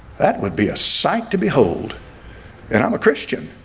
that would be a sight to behold and i'm a christian